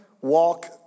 walk